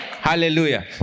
Hallelujah